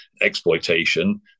exploitation